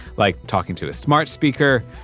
like talking to a smart speaker.